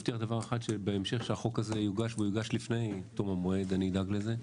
שלום לכולם.